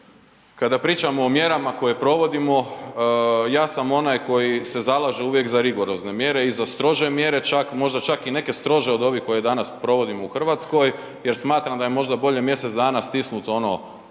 kada pričamo o mjerama koje provodimo, ja sam onaj koji se zalaže uvijek za rigorozne mjere i za strože mjere čak, možda čak i neke strože od ovih koje danas provodimo u Hrvatskoj jer smatram da je možda bolje mjesec dana stisnut ono